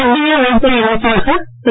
மத்திய உள்துறை அமைச்சராக திரு